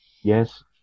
yes